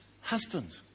husband